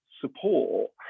support